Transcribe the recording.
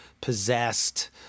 Possessed